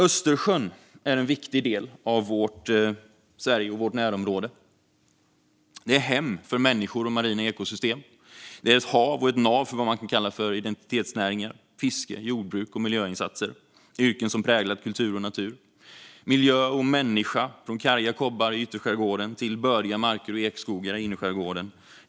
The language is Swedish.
Östersjön är en viktig del av Sverige och vårt närområde. Det är ett hem för människor och marina ekosystem, och det är ett hav och ett nav för vad man kan kalla identitetsnäringar, såsom fiske, jordbruk och miljöinsatser med tillhörande yrken. Östersjön präglar natur, miljö, kultur och människa - från karga kobbar i ytterskärgården till bördiga marker och ekskogar i innerskärgården.